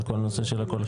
על כל הנושא של הקולחין.